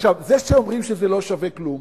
עכשיו, זה שאומרים שזה לא שווה כלום,